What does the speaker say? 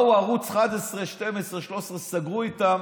באו ערוץ 11, 12, 13 וסגרו איתם